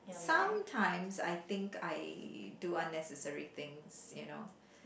sometimes I think I do unnecessary things you know